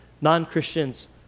non-Christians